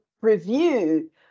review